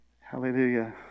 hallelujah